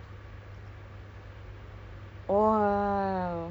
first person shooter games ah F_P_S games ya I